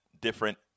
different